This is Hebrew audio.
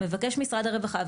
מבקש משרד הרווחה,